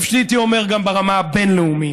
והייתי אומר גם ברמה הבין-לאומית: